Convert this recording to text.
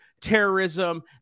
terrorism